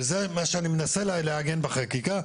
וזה מה שאני מנסה לעגן בחקיקה,